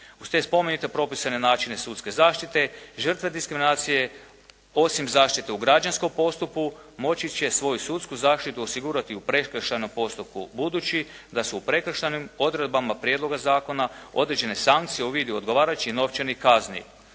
Uz te spomenute propisane načine sudske zaštite žrtve diskriminacije osim zaštite u građanskom postupku moći će svoju sudsku zaštitu osigurati u prekršajnom postupku budući da su u prekršajnim odredbama prijedloga zakona određene sankcije u vidu odgovarajućih novčanih kazni